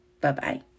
Bye-bye